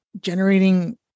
generating